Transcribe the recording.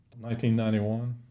1991